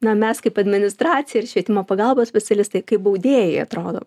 na mes kaip administracija ir švietimo pagalbos specialistai kaip baudėjai atrodom